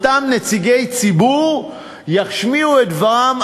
אותם נציגי ציבור ישמיעו את דברם,